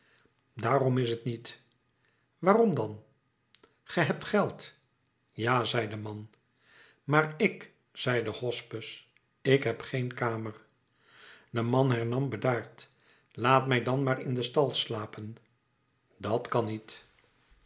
daarom is t niet waarom dan ge hebt geld ja zei de man maar ik zei de hospes ik heb geen kamer de man hernam bedaard laat mij dan maar in den stal slapen dat kan niet